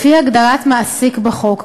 לפי הגדרת "מעסיק" בחוק,